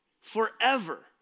Forever